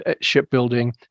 shipbuilding